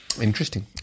Interesting